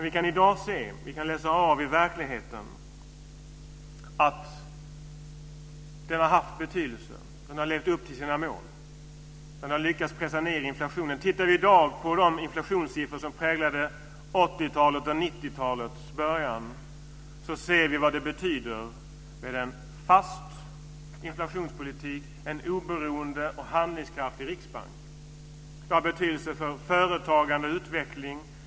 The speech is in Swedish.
Vi kan i dag läsa av i verkligheten att Riksbanken har haft en betydelse och att den har levt upp till sina mål. Den har lyckats pressa ned inflationen. När vi i dag ser på de inflationssiffror som präglade 80-talet och 90-talets början ser vi vad det betyder med en fast inflationspolitik och en oberoende och handlingskraftig riksbank. Det har betydelse för företagande och utveckling.